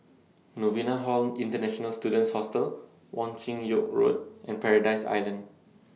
Novena Hall International Students Hostel Wong Chin Yoke Road and Paradise Island